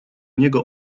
niego